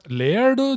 layered